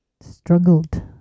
struggled